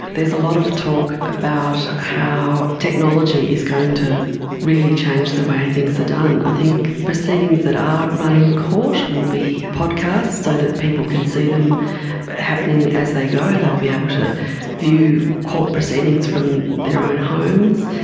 there's a lot of talk about how technology is going to really change the way things are done. i think proceedings that are run in court will be podcasts, so that people can see them happening as they go, they will be able to view court proceedings from their own homes.